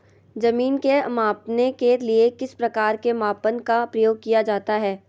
जमीन के मापने के लिए किस प्रकार के मापन का प्रयोग किया जाता है?